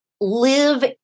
live